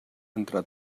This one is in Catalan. entre